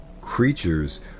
creatures